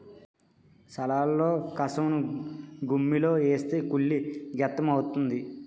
సాలలోన కసవను గుమ్మిలో ఏస్తే కుళ్ళి గెత్తెము అవుతాది